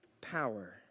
power